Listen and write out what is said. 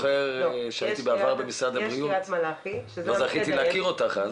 כשהייתי בזמנו במשרד הבריאות לא זכיתי להכיר אותך,